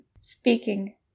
Speaking